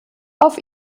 auf